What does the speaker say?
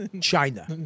China